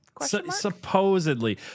Supposedly